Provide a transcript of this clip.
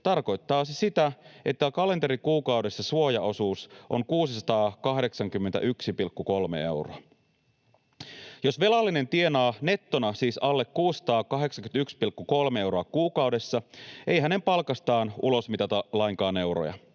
tarkoittaa se sitä, että kalenterikuukaudessa suojaosuus on 681,3 euroa. Jos velallinen tienaa nettona siis alle 681,3 euroa kuukaudessa, ei hänen palkastaan ulosmitata lainkaan euroja.